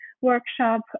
workshop